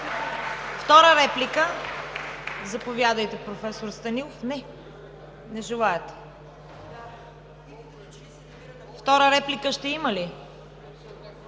Втора реплика ще има ли?